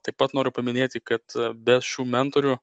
taip pat noriu paminėti kad be šių mentorių